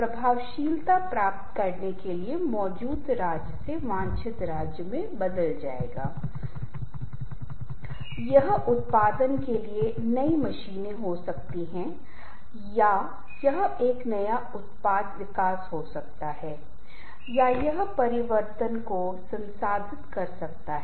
अब आप में से कुछ कह सकते हैं कि क्यों नहीं आप जानते हैं कि हमारे परिवार में अंतरंग संबंध हैं उदाहरण के लिए माँ और बच्चे पिता और पुत्र बेटी और माँ परिवार के सदस्यों के बीच घनिष्ठ संबंध हैं वे बहुत घनिष्ठ संबंध रखते हैं वे बहुत अंतरंग संबंध रखते हैं